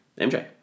MJ